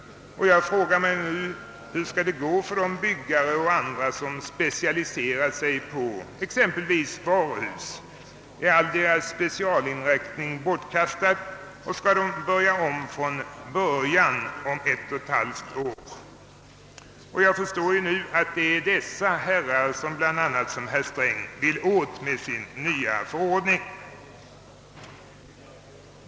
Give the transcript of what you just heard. Jag frågar mig då hur det skall gå med de byggare som specialiserat sig på exempelvis varuhus. Är all deras specialinriktning bortkastad och skall de börja om från början om ett och ett halvt år? Jag förstår nu att det bl.a. är dessa herrar som herr Sträng vill åt med sin nya förordning.